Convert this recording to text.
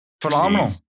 Phenomenal